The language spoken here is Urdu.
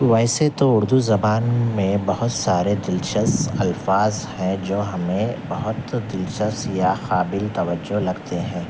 ویسے تو اردو زبان میں بہت سارے دلچسپ الفاظ ہیں جو ہمیں بہت دلچسپ یا قابل توجہ لگتے ہیں